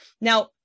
Now